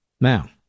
Now